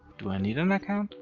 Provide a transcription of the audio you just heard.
do i need an account?